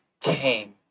came